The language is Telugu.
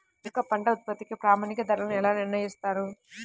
మా యొక్క పంట ఉత్పత్తికి ప్రామాణిక ధరలను ఎలా నిర్ణయిస్తారు?